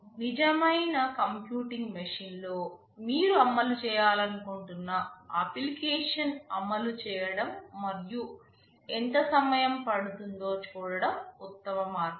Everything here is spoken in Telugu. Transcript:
నిజమైన కంప్యూటింగ్ మెషీన్లో మీరు అమలు చేయాలనుకుంటున్న అప్లికేషన్ అమలు చేయడం మరియు ఎంత సమయం పడుతుందో చూడటం ఉత్తమ మార్గం